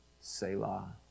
Selah